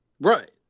Right